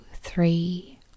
three